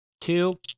two